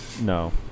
No